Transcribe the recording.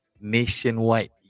nationwide